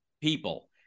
people